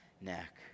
neck